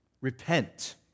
Repent